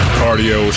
cardio